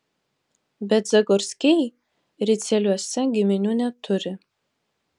bet zagorskiai ricieliuose giminių neturi